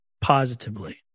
positively